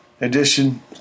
edition